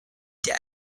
deaf